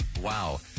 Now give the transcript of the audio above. wow